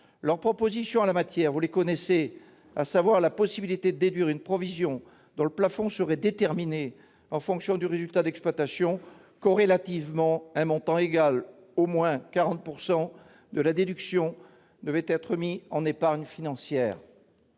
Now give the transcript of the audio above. leurs propositions en la matière, à savoir la possibilité de déduire une provision, dont le plafond serait déterminé en fonction du résultat d'exploitation. Corrélativement, un montant égal à au moins 40 % de la déduction devrait être mis en épargne financière.